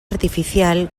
artificial